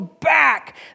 back